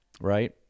Right